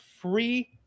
free